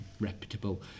reputable